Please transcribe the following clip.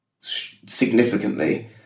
significantly